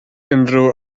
unrhyw